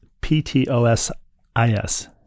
P-T-O-S-I-S